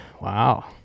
Wow